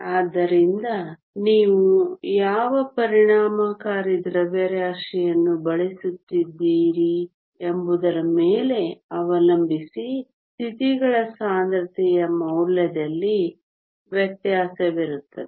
ಆದ್ದರಿಂದ ನೀವು ಯಾವ ಪರಿಣಾಮಕಾರಿ ದ್ರವ್ಯರಾಶಿಯನ್ನು ಬಳಸುತ್ತೀರಿ ಎಂಬುದರ ಮೇಲೆ ಅವಲಂಬಿಸಿ ಸ್ಥಿತಿಗಳ ಸಾಂದ್ರತೆಯ ಮೌಲ್ಯದಲ್ಲಿ ವ್ಯತ್ಯಾಸವಿರುತ್ತದೆ